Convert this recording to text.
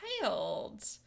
child